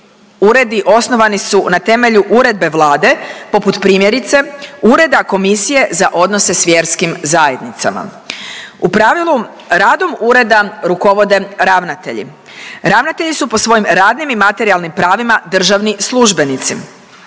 uredi osnovani su na temelju uredbe Vlade poput primjerice Ureda komisije za odnose s vjerskim zajednicama. U pravilu radom ureda rukovode ravnatelji. Ravnatelji su po svojim radnim i materijalnim pravima državni službenici.